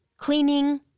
Cleaning